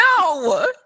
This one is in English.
No